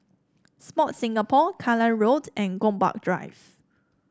Sport Singapore Kallang Road and Gombak Drive